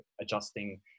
adjusting